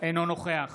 אינו נוכח